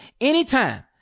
anytime